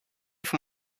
for